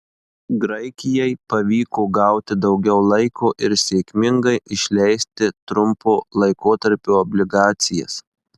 graikijai pavyko gauti daugiau laiko ir sėkmingai išleisti trumpo laikotarpio obligacijas